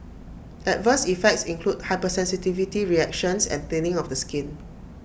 adverse effects include hypersensitivity reactions and thinning of the skin